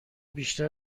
بیشتر